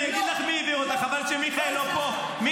בכנסת הקודמת הצלחת להעביר אותה?